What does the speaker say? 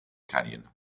canyon